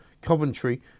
Coventry